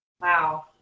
Wow